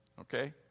Okay